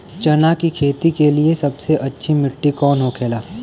चना की खेती के लिए सबसे अच्छी मिट्टी कौन होखे ला?